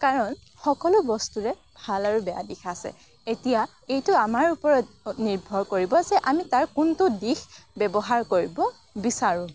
কাৰণ সকলো বস্তুৰে ভাল আৰু বেয়া দিশ আছে এতিয়া এইটো আমাৰ ওপৰত নিৰ্ভৰ কৰিব যে আমি তাৰ কোনটো দিশ ব্যৱহাৰ কৰিব বিচাৰোঁ